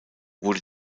wurde